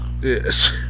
Yes